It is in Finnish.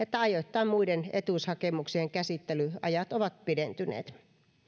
että ajoittain muiden etuushakemuksien käsittelyajat ovat pidentyneet